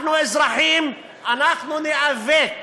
אנחנו אזרחים, אנחנו ניאבק